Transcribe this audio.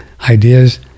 ideas